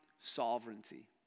sovereignty